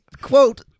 quote